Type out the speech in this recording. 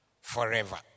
forever